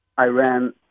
Iran